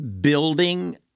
building